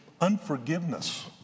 unforgiveness